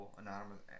anonymous